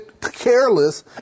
careless